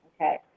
Okay